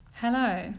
Hello